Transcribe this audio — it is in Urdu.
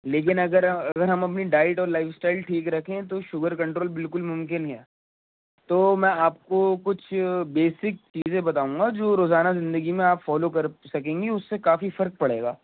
لیکن اگر اگر ہم اپنی ڈائٹ اور لائف اسٹائل ٹھیک رکھیں تو شوگر کنٹرول بالکل ممکن ہے تو میں آپ کو کچھ بیسک چیزیں بتاؤں گا جو روزانہ زندگی میں آپ فالو کر سکیں گی اس سے کافی فرق پڑے گا